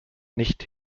nicht